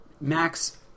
Max